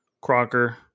Crocker